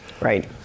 Right